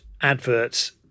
adverts